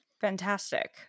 Fantastic